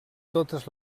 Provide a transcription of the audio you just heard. totes